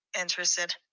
interested